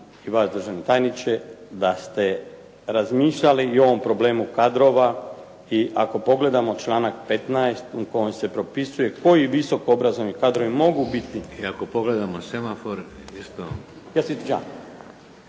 I ako pogledamo semafor, isto./…